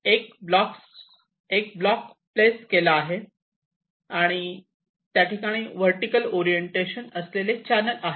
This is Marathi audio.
1 ब्लॉक प्लेस केला आहे आणि त्या ठिकाणी वर्टीकल ओरिएंटेशन असलेले चॅनल आहे